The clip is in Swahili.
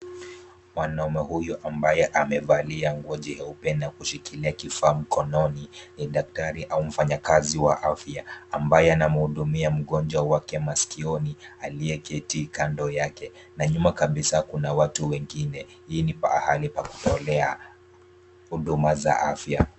Mwanamume huyu ambaye amevalia nguo jeupe na kushikilia kifaa mkononi ni daktari au mfanyikazi wa afya ambaye anamhudumia mgonjwa wake masikioni aliyeketi kando yake na nyuma kabisa kuna watu wengine. Hii ni pahali pa kutolea huduma za afya.